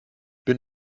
bin